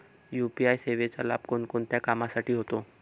UPI सेवेचा लाभ कोणकोणत्या कामासाठी होतो?